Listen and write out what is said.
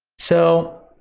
so,